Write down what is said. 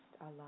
Allah